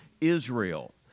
Israel